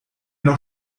doch